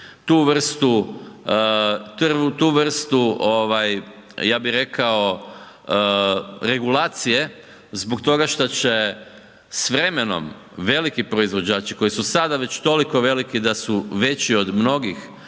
tržištu tu vrstu regulacije zbog toga što će s vremenom veliki proizvođači koji su već toliko veliki da su veći od mnogih